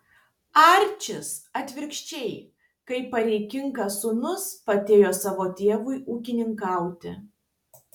arčis atvirkščiai kaip pareigingas sūnus padėjo savo tėvui ūkininkauti